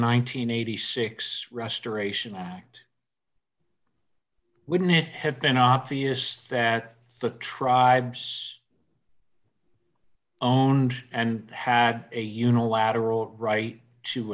and eighty six restoration act wouldn't it have been obvious that the tribes owned and had a unilateral right to